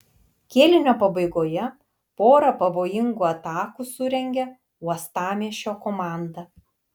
kėlinio pabaigoje porą pavojingų atakų surengė uostamiesčio komanda